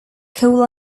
cole